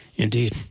Indeed